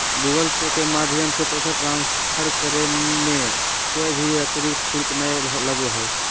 Google Pay के माध्यम से पैसा ट्रांसफर करे मे कोय भी अतरिक्त शुल्क नय लगो हय